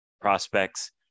prospects